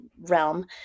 realm